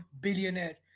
billionaire